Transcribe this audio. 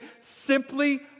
simply